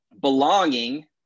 belonging